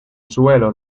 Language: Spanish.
suelo